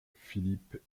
philippe